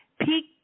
peak